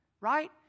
right